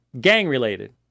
gang-related